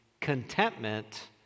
contentment